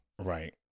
Right